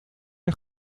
jij